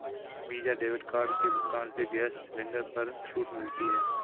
visa debit card के भुगतान से गैस सिलेंडर पर छूट मिलती है